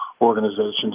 organizations